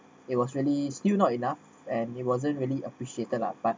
it was really still not enough and it wasn't really appreciated lah but